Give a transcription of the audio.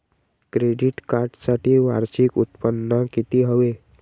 Credit कार्डसाठी वार्षिक उत्त्पन्न किती हवे?